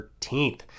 13th